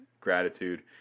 gratitude